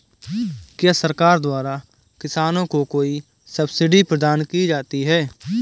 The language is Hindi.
क्या सरकार द्वारा किसानों को कोई सब्सिडी प्रदान की जाती है?